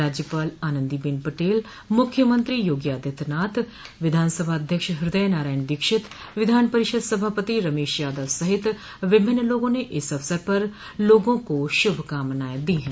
राज्यपाल आनंदी बेन पटेल मुख्यमंत्री योगी आदित्यनाथ विधानसभा अध्यक्ष हृदय नारायण दीक्षित विधानपरिषद सभापति रमेश यादव सहित विभिन्न लोगों ने इस अवसर पर लोगों को शुभ कामनाएं दी हैं